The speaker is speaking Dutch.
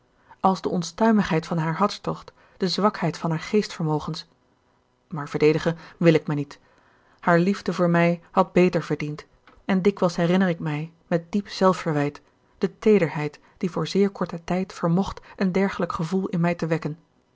als de onstuimigheid van haar hartstocht de zwakheid van haar geestvermogens maar verdedigen wil ik mij niet haar liefde voor mij had beter verdiend en dikwijls herinner ik mij met diep zelfverwijt de teederheid die voor zeer korten tijd vermocht een dergelijk gevoel in mij te wekken